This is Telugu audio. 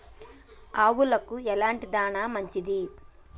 ఆవులకు ఎలాంటి దాణా మంచిది?